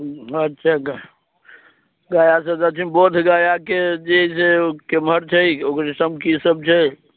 अच्छा गया गयासँ बोध गयाके जे छै से केमहर छै ओकरे सभ की सभ छै